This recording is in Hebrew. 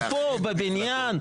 הוא פה, בבניין.